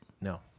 No